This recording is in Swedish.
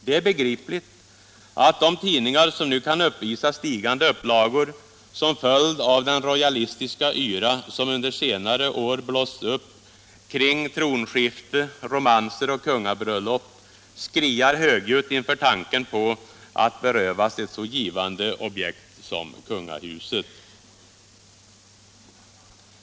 Det är begripligt att de tidningar som nu kan uppvisa stigande upplagor som följd av den rojalistiska yra som under senare tid blåsts upp kring tronskifte, romanser och kungabröllop skriar högljutt inför tanken på att berövas ett så givande objekt som kungahuset.